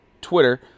Twitter